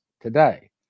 today